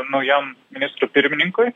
naujam ministrui pirmininkui